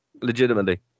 legitimately